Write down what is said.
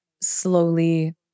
slowly